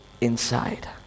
inside